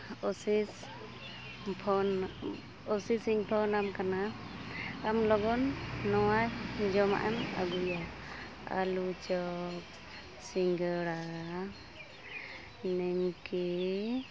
ᱚᱥᱤᱥ phone ᱚᱥᱤᱥᱤᱧ ᱯᱷᱳᱱᱟᱢ ᱠᱟᱱᱟ ᱟᱢ ᱞᱚᱜᱚᱱ ᱱᱚᱣᱟ ᱡᱚᱢᱟᱜ ᱮᱢ ᱟᱹᱜᱩᱭᱟ ᱟᱞᱩ ᱪᱚᱯ ᱥᱤᱸᱜᱟᱹᱲᱟ ᱱᱤᱢᱠᱤ